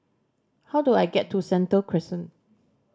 how do I get to Sentul Crescent